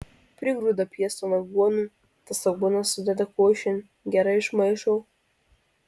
prigrūda pieston aguonų tas aguonas sudeda košėn gerai išmaišo